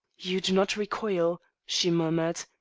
you do not recoil, she murmured,